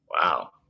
Wow